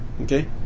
okay